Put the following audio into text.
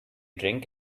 drink